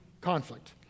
conflict